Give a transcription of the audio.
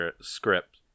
script